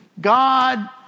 God